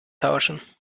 tauschen